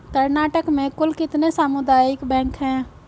कर्नाटक में कुल कितने सामुदायिक बैंक है